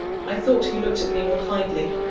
i thought he looked at me more kindly.